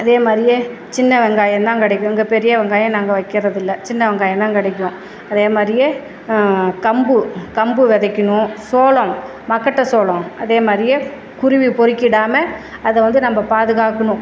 அதே மாதிரியே சின்ன வெங்காயம் தான் கிடைக்கும் இங்கே பெரிய வெங்காயம் நாங்கள் வைக்கிறதில்ல சின்ன வெங்காயம் தான் கிடைக்கும் அதே மாதிரியே கம்பு கம்பு விதைக்கணும் சோளம் மக்கட்ட சோளம் அதே மாதிரியே குருவி பொருக்கிடாம அதை வந்து நம்ம பாதுகாக்கணும்